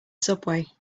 subway